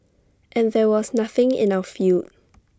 and there was nothing in our field